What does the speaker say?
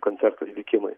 koncertų įvykimui